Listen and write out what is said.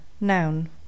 Noun